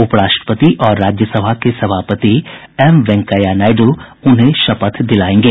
उप राष्ट्रपति और राज्यसभा के सभापति एम वेंकैया नायडू उन्हें शपथ दिलायेंगे